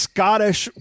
Scottish